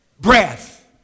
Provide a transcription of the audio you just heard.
breath